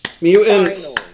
mutants